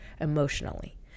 emotionally